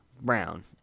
Brown